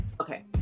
Okay